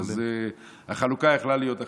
אז החלוקה הייתה יכולה להיות אחרת.